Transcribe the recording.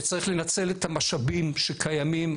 וצריך לנצל את המשאבים שקיימים,